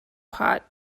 hot